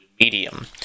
medium